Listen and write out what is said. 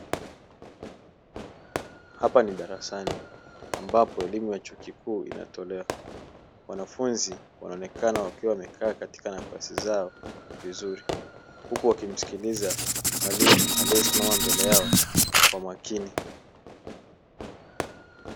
Hapa ni darasani ambapo elimu ya chuo kikuu inatolewa. Wanafunzi wanaonekana wakiwa wamekaa katika nafasi zao vizuri huku wakimsikiliza mwalimu aliyesimama mbele yao kwa makini.